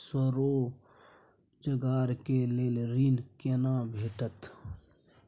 स्वरोजगार के लेल ऋण केना भेटतै?